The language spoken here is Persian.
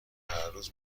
هرروز